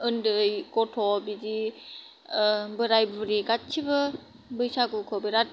आन्दै गथ' बिदि बोराय बुरि गासिबो बैसागुखौ बिराद